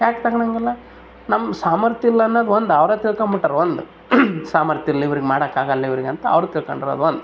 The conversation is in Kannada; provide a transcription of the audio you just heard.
ಯಾಕೆ ತಗೋಳಂಗಿಲ್ಲ ನಮ್ಮ ಸಾಮರ್ಥ್ಯ ಇಲ್ಲ ಅನ್ನೋದು ಒಂದು ಅವ್ರು ತಿಳ್ಕೊಣ್ ಬಿಟ್ಟಾರೆ ಒಂದು ಸಾಮರ್ಥ್ಯ ಇಲ್ಲ ಇವ್ರಿಗೆ ಮಾಡೋಕ್ ಆಗೋಲ್ಲ ಇವ್ರಿಗೆ ಅಂತ ಅವ್ರು ತಿಳ್ಕೊಂಡಿರೋದ್ ಒಂದು